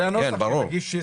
כן, ברור.